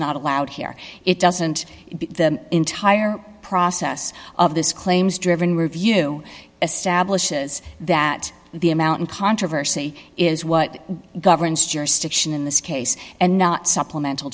not allowed here it doesn't the entire process of this claims driven review establishes that the amount in controversy is what governs jurisdiction in this case and not supplemental